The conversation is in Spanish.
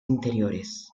interiores